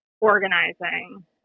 organizing